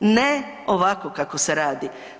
Ne ovako kako se radi.